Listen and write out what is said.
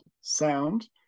sound